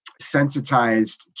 sensitized